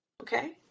okay